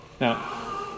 Now